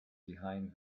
behind